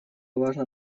важно